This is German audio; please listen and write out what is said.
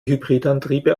hybridantriebe